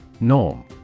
Norm